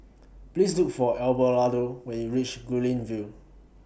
Please Look For Abelardo when YOU REACH Guilin View